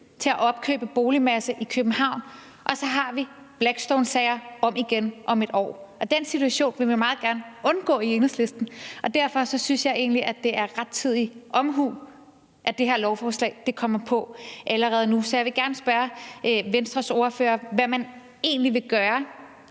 til at opkøbe boligmasse i København, og så har vi Blackstonesager om igen om et år, og den situation vil vi i Enhedslisten meget gerne undgå. Derfor synes jeg egentlig, at det er rettidig omhu, at det her lovforslag kommer på allerede nu. Så jeg vil gerne spørge Venstres ordfører, hvad man egentlig vil gøre